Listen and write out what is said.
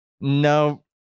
No